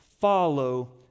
follow